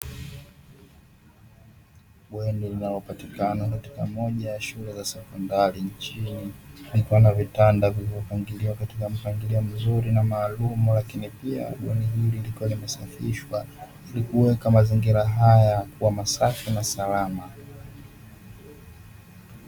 Bweni linalopatikana katika moja ya shule za sekondari nchini, likiwa na vitanda vilivyopangiliwa katika mpangilio mzuri na maalumu. Lakini pia, bweni hili likiwa limesafishwa ili kuweka mazingira haya kuwa masafi na salama.